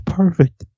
perfect